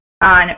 on